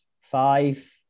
Five